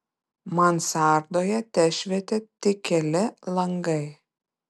mansardoje tešvietė tik keli langai